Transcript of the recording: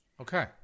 Okay